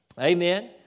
Amen